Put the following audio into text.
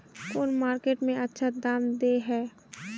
कौन मार्केट में अच्छा दाम दे है?